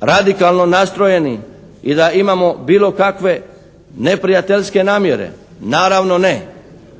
radikalno nastrojeni i da imamo bilo kakve neprijateljske namjere. Naravno ne.